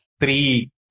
three